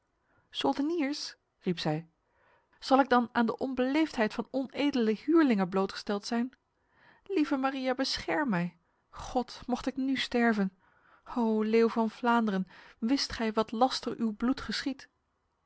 soldeniers riep zij zal ik dan aan de onbeleefdheid van onedele huurlingen blootgesteld zijn lieve maria bescherm mij god mocht ik nu sterven o leeuw van vlaanderen wist gij wat laster uw bloed geschiedt